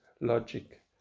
logic